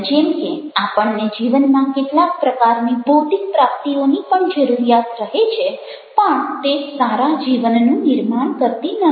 જેમ કે આપણને જીવનમાં કેટલાક પ્રકારની ભૌતિક પ્રાપ્તિઓની પણ જરૂરિયાત રહે છે પણ તે સારા જીવનનું નિર્માણ કરતી નથી